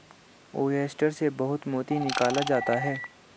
oyster से बहुत मोती निकाला जाता है